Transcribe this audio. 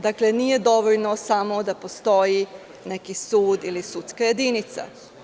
Dakle, nije dovoljno samo da postoji neki sud ili sudska jedinica.